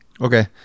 okay